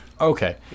Okay